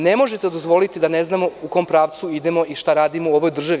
Ne možete dozvoliti da ne znamo u kom pravcu idemo i šta radimo u ovoj državi.